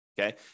okay